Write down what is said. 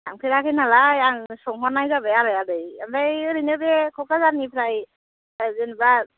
थांफेराखै नालाय आं सोंहरनाय जाबाय आरो आदै ओमफ्राय ओरैनो बे क'क्राझारनिफ्राय जेनेबा